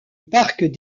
parc